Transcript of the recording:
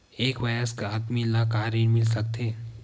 एक वयस्क आदमी ल का ऋण मिल सकथे?